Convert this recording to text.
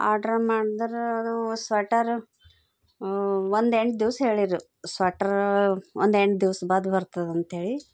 order ಮಾಡ್ದ್ರೆ ಅದು sweater ಒಂದೆಂಟು ದಿವ್ಸ ಹೇಳಿದ್ರು ಸ್ವೆಟ್ರ್ ಒಂದೆಂಟು ದಿವಸ ಬಾದ್ ಬರ್ತದೆಂಥೇಳಿ